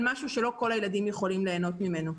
משהו שלא כל הילדים יוכלו ליהנות ממנו.